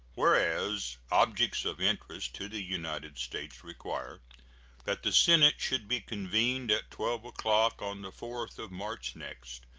whereas objects of interest to the united states require that the senate should be convened at twelve o'clock on the fourth of march next,